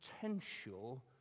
potential